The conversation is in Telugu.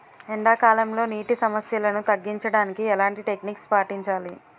ఎండా కాలంలో, నీటి సమస్యలను తగ్గించడానికి ఎలాంటి టెక్నిక్ పాటించాలి?